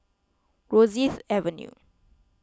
Rosyth Avenue